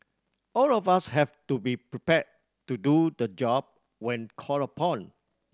all of us have to be prepared to do the job when called upon